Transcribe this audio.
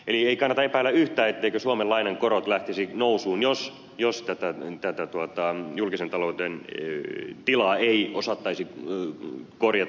eli ei kannata epäillä yhtään etteivätkö suomen lainan korot lähtisi nousuun jos julkisen talouden tilaa ei osattaisi korjata